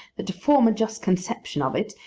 that to form a just conception of it,